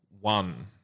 one